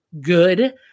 good